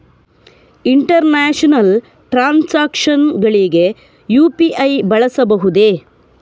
International transactions ಗಳಿಗೆ UPI ಬಳಸಬಹುದೇ?